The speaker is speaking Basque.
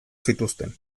zituzten